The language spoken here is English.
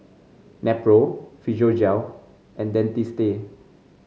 Nepro Physiogel and Dentiste